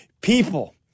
People